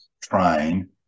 train